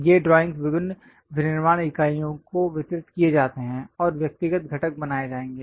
ये ड्राइंगस् विभिन्न विनिर्माण इकाइयों को वितरित किए जाते हैं और व्यक्तिगत घटक बनाए जाएंगे